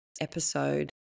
episode